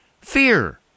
fear